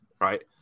Right